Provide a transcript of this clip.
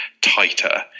tighter